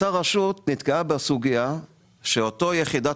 אותה רשות נתקעה בסוגיה שבה אותה יחידת